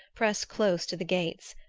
press close to the gates,